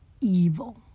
evil